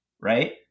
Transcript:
right